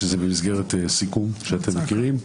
שזה במסגרת סיכום שאתם מכירים.